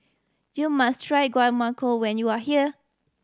you must try Guacamole when you are here